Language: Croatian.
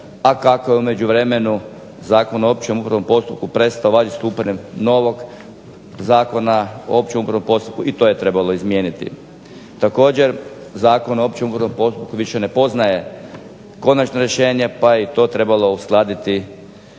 a kako je u međuvremenu Zakon o općem upravnom postupku prestao važiti stupanjem novog Zakona o općem upravnom postupku i to je trebalo izmijeniti. Također, Zakon o općem upravnom postupku više ne poznaje konačno rješenje pa je i to trebalo uskladiti,